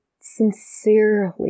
sincerely